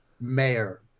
mayor